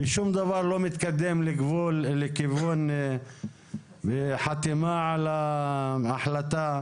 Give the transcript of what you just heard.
ושום דבר לא מתקדם לכיוון חתימה על ההחלטה.